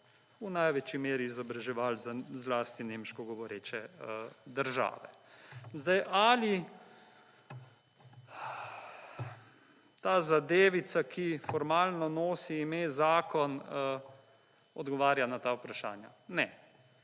v največji meri izobraževali zlasti nemško govoreče države. Ali ta zadevica, ki formalno nosi ime zakon odgovarja na ta vprašanja? Ne.